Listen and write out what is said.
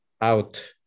out